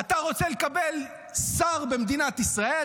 אתה רוצה לקבל שר במדינת ישראל?